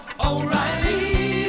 O'Reilly